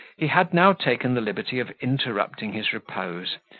he had now taken the liberty of interrupting his repose,